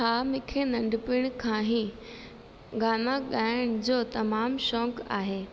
हा मूंखे नन्ढपण खां ई गाना ॻाइण जो तमामु शौक़ु आहे